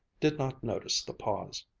did not notice the pause.